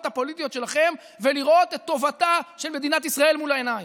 הפוליטיות שלכם ולראות את טובתה של מדינת ישראל מול העיניים.